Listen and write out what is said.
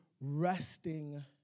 resting